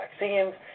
vaccines